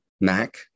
Mac